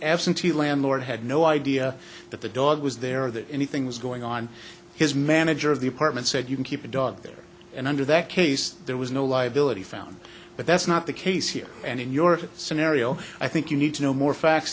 absentee landlord had no idea that the dog was there or that anything was going on his manager of the apartment said you can keep a dog there and under that case there was no liability found but that's not the case here and in your scenario i think you need to know more facts